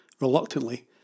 Reluctantly